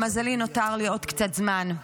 למזלי נותר לי עוד קצת זמן,